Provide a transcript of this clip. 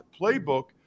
Playbook